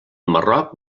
marroc